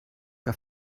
que